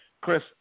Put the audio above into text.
Chris